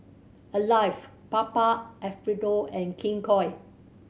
Alive Papa Alfredo and King Koil